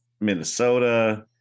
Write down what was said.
Minnesota